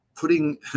putting